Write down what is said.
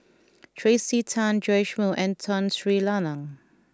Tracey Tan Joash Moo and Tun Sri Lanang